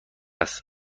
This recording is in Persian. است